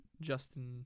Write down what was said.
Justin